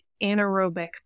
anaerobic